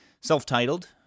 self-titled